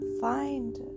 Find